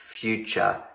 future